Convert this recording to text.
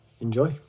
enjoy